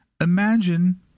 Imagine